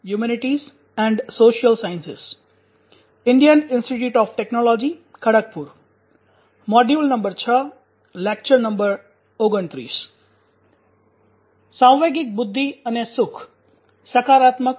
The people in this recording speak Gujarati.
શુભ સવાર